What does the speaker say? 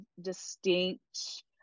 distinct